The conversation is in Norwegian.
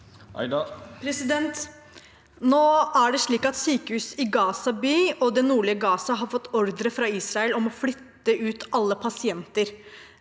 Nå er det slik at syke- hus i Gaza by og det nordlige Gaza har fått ordre fra Israel om å flytte ut alle pasienter.